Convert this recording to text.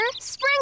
Spring